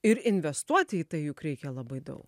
ir investuoti į tai juk reikia labai daug